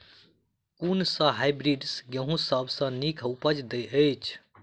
कुन सँ हायब्रिडस गेंहूँ सब सँ नीक उपज देय अछि?